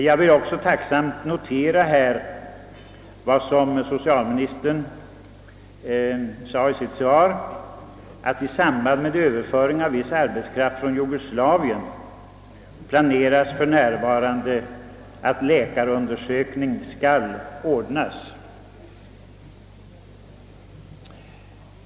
Jag vill också tacksamt notera vad socialministern sade i sitt svar, nämligen att i samband med överföring av viss arbetskraft från Jugoslavien planeras för närvarande att läkarundersökning skall ordnas.